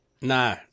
no